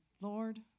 Lord